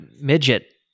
midget